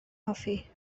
hoffi